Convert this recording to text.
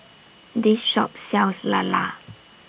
This Shop sells Lala